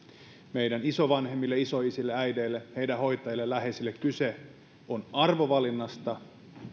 meidän isovanhemmille isoisille ja äideille heidän hoitajilleen ja läheisilleen kyse on arvovalinnasta